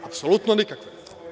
Apsolutno nikakve.